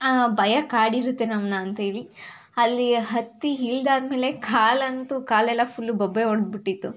ಭಯ ಕಾಡಿರುತ್ತೆ ನಮ್ಮನ್ನ ಅಂತೇಳಿ ಅಲ್ಲಿ ಹತ್ತಿ ಇಳ್ದಾದ ಮೇಲೆ ಕಾಲಂತೂ ಕಾಲೆಲ್ಲ ಫುಲ್ ಬೊಬ್ಬೆ ಹೊಡ್ದು ಬಿಟ್ಟಿತ್ತು